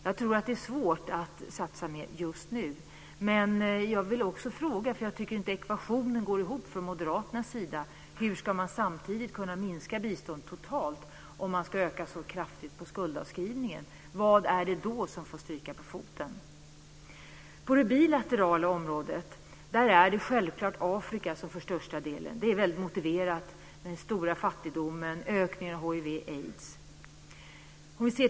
Jag tror att det är svårt att satsa mer just nu, men jag vill också ställa en fråga, för jag tycker inte att ekvationen från Moderaternas sida går ihop. Hur ska man kunna minska biståndet totalt om man ska öka skuldavskrivningen så kraftigt? Vad är det då som får stryka på foten? På det bilaterala området är det självklart Afrika som får största delen. Det är väldigt motiverat med tanke på den stora fattigdomen och ökningen av hiv/aids.